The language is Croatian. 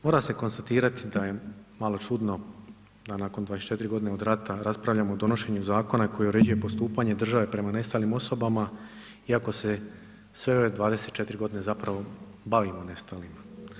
Mora se konstatirati da je malo čudno da nakon 24 godine od rata raspravljamo o donošenju Zakona koji uređuje postupanje države prema nestalim osobama, iako se sve ove 24 godine zapravo bavimo nestalima.